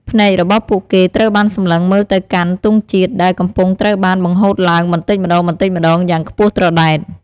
ភ្នែករបស់ពួកគេត្រូវបានសំឡឹងមើលទៅកាន់ ទង់ជាតិ ដែលកំពុងត្រូវបាន បង្ហូតឡើងបន្តិចម្តងៗ យ៉ាងខ្ពស់ត្រដែត។